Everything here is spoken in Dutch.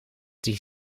die